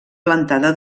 plantada